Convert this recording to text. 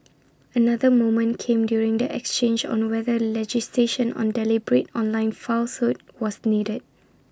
another moment came during the exchange on whether legislation on deliberate online falsehood was needed